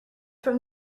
from